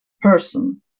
person